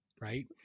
Right